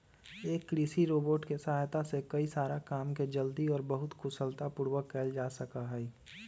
एक कृषि रोबोट के सहायता से कई सारा काम के जल्दी और बहुत कुशलता पूर्वक कइल जा सका हई